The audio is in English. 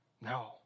No